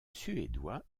suédois